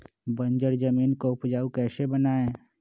बंजर जमीन को उपजाऊ कैसे बनाय?